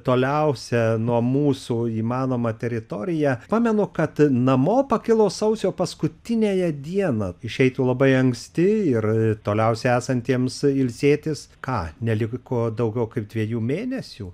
toliausia nuo mūsų įmanoma teritorija pamenu kad namo pakilo sausio paskutiniąją dieną išeitų labai anksti ir toliausiai esantiems ilsėtis ką neliko daugiau kaip dviejų mėnesių